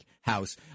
house